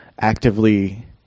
actively